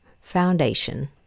foundation